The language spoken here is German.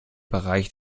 bereich